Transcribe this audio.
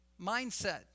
mindset